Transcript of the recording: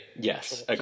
Yes